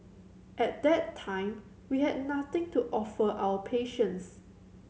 at that time we had nothing to offer our patients